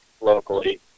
locally